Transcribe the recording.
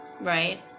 right